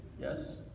Yes